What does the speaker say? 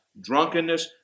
drunkenness